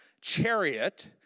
chariot